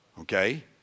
Okay